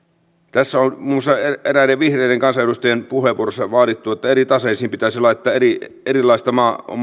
tässä on muun muassa eräiden vihreiden kansanedustajien puheenvuoroissa vaadittu että pitäisi laittaa erilaista